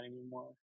anymore